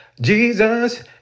Jesus